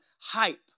hype